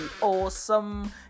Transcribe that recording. awesome